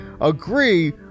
agree